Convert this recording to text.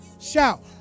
Shout